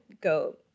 go